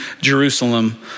Jerusalem